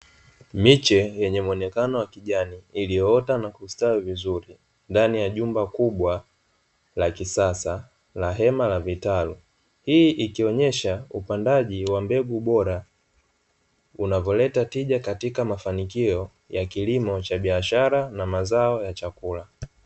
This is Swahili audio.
Miche yenye muonekano wa kijani, iliyoota na kustawi vizuri ndani ya jumba kubwa la kisasa la hema la vitalu. Hii ikionyesha upandaji wa mbegu bora unavyoleta tija katika mafanikio ya kilimo cha biashara na mazao ya chakula.